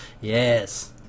Yes